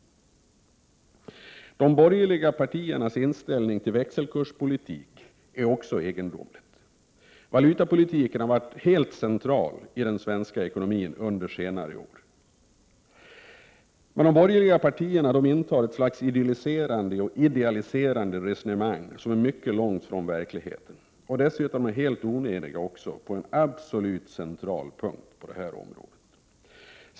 De borgerliga partiernas inställning till växelkurspolitik är också egendomlig. Valutapolitiken har varit helt central i den svenska ekonomin under senare år. De borgerliga partierna intar ett slags idylliserande och idealiserande resonemang, som är mycket långt från verkligheten, och dessutom är de helt oeniga på en absolut central punkt på detta område.